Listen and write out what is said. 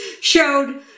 showed